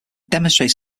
demonstrates